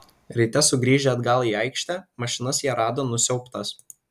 ryte sugrįžę atgal į aikštę mašinas jie rado nusiaubtas